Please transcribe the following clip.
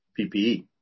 PPE